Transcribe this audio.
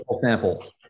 Samples